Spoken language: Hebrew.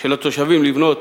של התושבים לבנות